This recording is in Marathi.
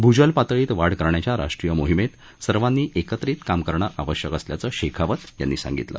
भूजलपातळीत वाढ करण्याच्या राष्ट्रीय मोहिमेत सर्वानी एकत्रित काम करणं आवश्यक असल्याचं शेखावत यांनी सांगितलं